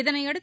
இதனையடுத்து